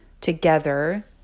together